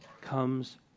comes